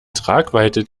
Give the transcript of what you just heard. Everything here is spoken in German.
tragweite